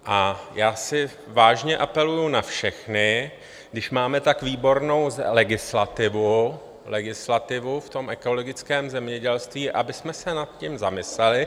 A já vážně apeluji na všechny, když máme tak výbornou legislativu, legislativu v tom ekologickém zemědělství, abychom se nad tím zamysleli.